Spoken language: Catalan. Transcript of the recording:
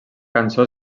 cançó